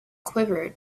quivered